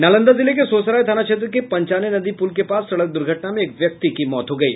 नालंदा जिले के सोहसराय थाना क्षेत्र के पंचाने नदी पुल के पास सड़क दुर्घटना में एक व्यक्ति की मौत हो गयी